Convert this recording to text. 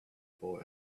boy